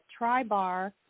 TriBar